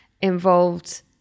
involved